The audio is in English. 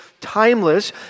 timeless